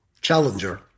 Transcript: challenger